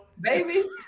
baby